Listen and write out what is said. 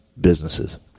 businesses